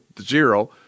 zero